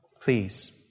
please